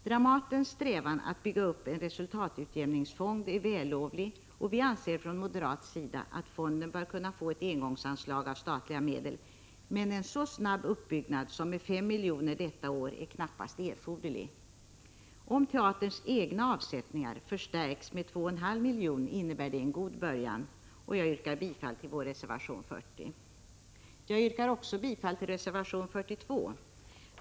Dramatens strävan att bygga upp en resultatutjämningsfond är vällovlig, och vi anser från moderat sida att fonden bör kunna få ett engångsanslag av statliga medel, men en så snabb uppbyggnad som med 5 miljoner detta år är knappast erforderlig. Om teaterns egna avsättningar förstärks med 2,5 miljoner innebär det en god början. Jag yrkar bifall till vår reservation 40. Jag yrkar också bifall till reservation 42.